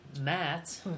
Matt